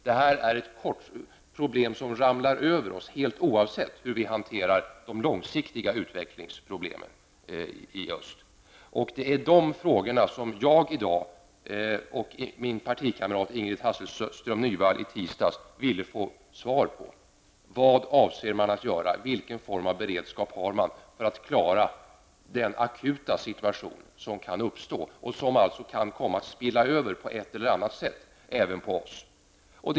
Detta är ett problem som ramlar över oss helt oavsett hur vi hanterar de långsiktiga utvecklingsproblemen i öst. Det är de frågorna som jag i dag och min partikamrat Ingrid Hasselström Nyvall i tisdags ville få svar på. Vad avser man att göra, vilken form av beredskap har man för att klara den akuta situation som kan uppstå, och som på ett eller annat sätt kan komma att spilla över även på oss?